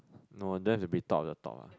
no don't have to be top of the top ah